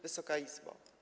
Wysoka Izbo!